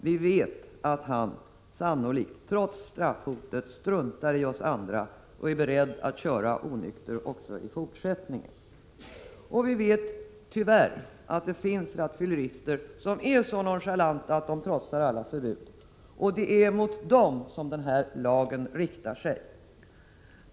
Vi vet att han sannolikt, trots straffhotet, struntar i oss andra och är beredd att köra onykter också i fortsättningen. Vi vet att det tyvärr finns rattfyllerister som är så nonchalanta att de trotsar alla förbud, och det är mot dem som denna lag riktar sig.